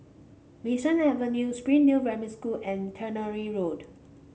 Bee San Avenue Springdale Primary School and Tannery Road